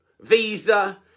Visa